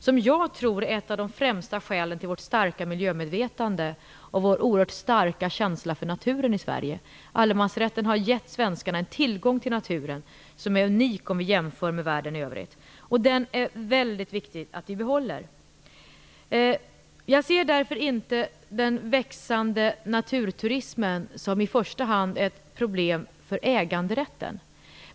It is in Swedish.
Jag tror att den är ett av de främsta skälen till det starka miljömedvetandet och den oerhört starka känslan för naturen i Sverige. Allemansrätten har gett svenskarna en tillgång till naturen som är unik om vi jämför med världen i övrigt. Det är väldigt viktigt att vi behåller den. Jag ser inte den växande naturturismen som i första hand ett problem för äganderätten.